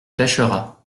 pêchera